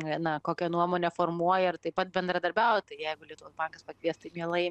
na kokią nuomonę formuoja ir taip pat bendradarbiauja tai jeigu lietuvos spakvies tai mielai